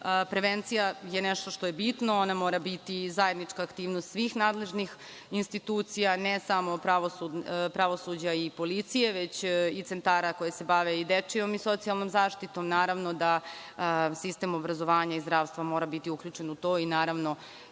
Prevencija je nešto što je bitno. Ona mora biti zajednička aktivnost svih nadležnih institucija, ne samo pravosuđa i policije, već i centara koji se bave dečijom i socijalnom zaštitom. Naravno da sistem obrazovanja i zdravstva mora biti uključen u to i, naravno,